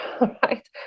right